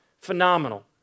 phenomenal